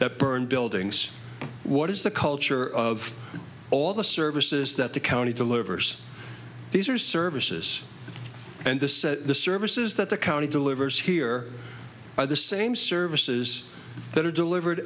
that burned buildings what is the culture of all the services that the county delivers these are services and the services that the county delivers here are the same services that are delivered